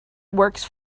works